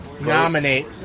Nominate